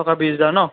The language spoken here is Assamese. টকা বিশ হেজাৰ ন'